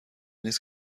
نیست